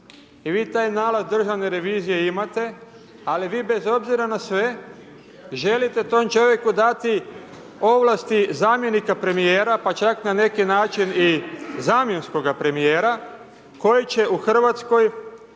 I vi taj nalaz Državne revizije imate, ali vi bez obzira na sve želite tom čovjeku dati ovlasti zamjenika premijera pa čak i na neki način zamjenskog premijera, koji će u Hrvatskoj